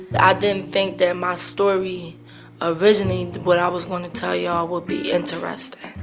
ah didn't think that my story originally what i was going to tell y'all would be interesting.